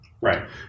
Right